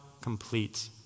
complete